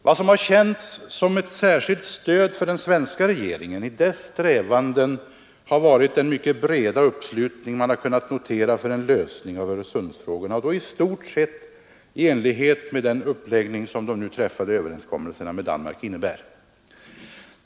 Vad som har känts som ett särskilt stöd för den svenska regeringen i dess strävanden har varit den mycket breda uppslutning man har kunnat notera för en lösning av Öresundsfrågorna — och då i stort sett i enlighet med den uppläggning som de nu träffade överenskommelserna med Danmark innebär.